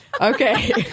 Okay